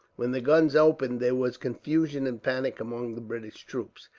when the guns opened, there was confusion and panic among the british troops.